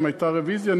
אם הייתה רוויזיה,